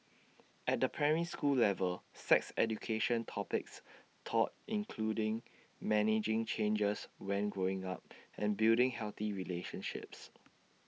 at the primary school level sex education topics taught including managing changes when growing up and building healthy relationships